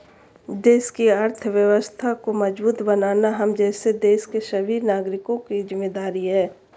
देश की अर्थव्यवस्था को मजबूत बनाना हम जैसे देश के सभी नागरिकों की जिम्मेदारी है